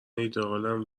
ایدهآلم